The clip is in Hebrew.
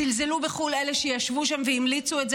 זלזלו בכל אלה שישבו שם והמליצו את זה,